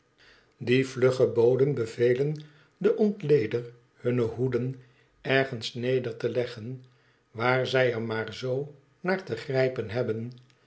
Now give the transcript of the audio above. die vlugge boden bevelen den ontleder hunne hoeden ergens neder te leggen waar zij er maar zoo naar te grijpen hebben